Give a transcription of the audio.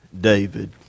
David